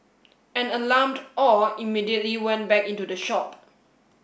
an alarmed Aw immediately went back into the shop